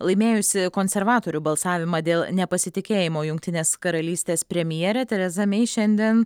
laimėjusi konservatorių balsavimą dėl nepasitikėjimo jungtinės karalystės premjerė tereza mei šiandien